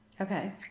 Okay